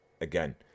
again